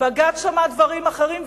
בג"ץ שמע דברים אחרים,